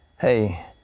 hey,